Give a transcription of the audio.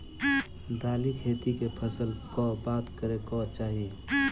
दालि खेती केँ फसल कऽ बाद करै कऽ चाहि?